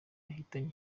yahitanye